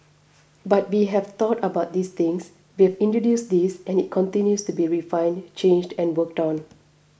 but we have thought about these things we've introduced these and it continues to be refined changed and worked on